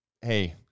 hey